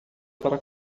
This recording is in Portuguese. para